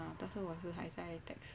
ya 但是我是还在 text